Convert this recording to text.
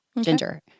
Ginger